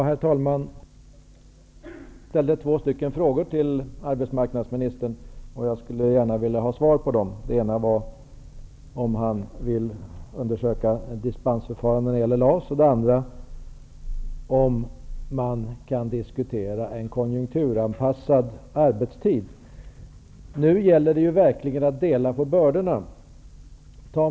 Herr talman! Jag ställde två frågor till arbetsmarknadsministern, och jag skulle gärna vilja ha svar på dem. Den ena frågan gällde om han vill undersöka dispensförfarandet när det gäller LAS, den andra frågan gällde om man kan diskutera en konjunkturanpassad arbetstid. Nu gäller det verkligen att dela på bördorna.